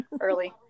early